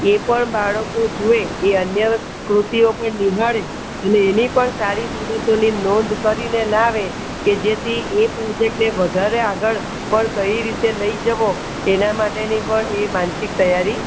એ પણ બાળકો જુએ એ અન્ય કૃતિઓ પણ નિહાળી એની પણ સારી મુદતોની નોંધ કરીને લાવે કે જેથી એ પ્રોજેક્ટ ને વધારે આગળ પણ કઈ રીતે લઈ જવો એના માટેની પણ એ માનસિક તૈયારી